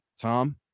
Tom